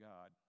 God